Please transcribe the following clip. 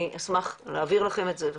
אני אשמח להעביר לכם את זה.